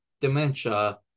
dementia